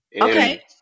Okay